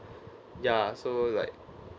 ya so like